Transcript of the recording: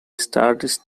start